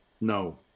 No